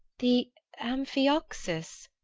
the amphioxus,